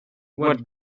what